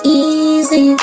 easy